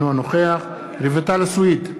אינו נוכח רויטל סויד,